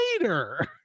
later